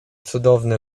cudowny